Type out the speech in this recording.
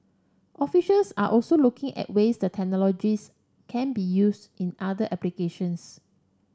officials are also looking at ways the can be use in other applications